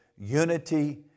Unity